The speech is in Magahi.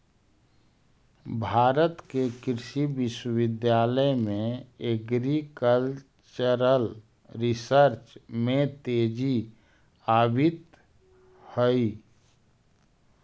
भारत के कृषि विश्वविद्यालय में एग्रीकल्चरल रिसर्च में तेजी आवित हइ